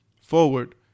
forward